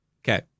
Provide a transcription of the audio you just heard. Okay